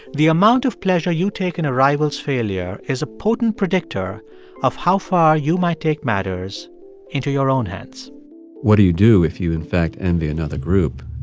the amount of pleasure you take in a rival's failure is a potent predictor of how far you might take matters into your own hands what do you do if you, in fact, envy another group?